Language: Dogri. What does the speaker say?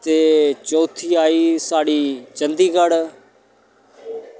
ते चौथी आई साढ़ी चंडीगढ़